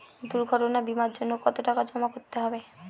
দুর্ঘটনা বিমার জন্য কত টাকা জমা করতে হবে?